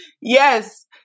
Yes